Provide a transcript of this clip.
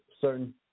certain